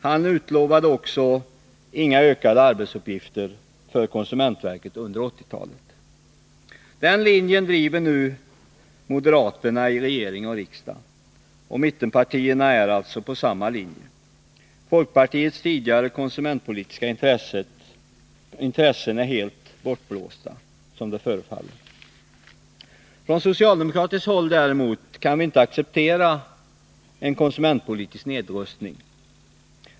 Han utlovade inte heller några utökade arbetsuppgifter för konsumentverket under 1980-talet. Den linjen driver nu moderaterna i regering och riksdag, och mittenpartierna är också inne på den. Folkpartiets tidigare intresse för konsumentpolitik är, som det förefaller, helt bortblåst. Från socialdemokratiskt håll däremot kan vi inte acceptera en konsumentpolitisk nedrustning.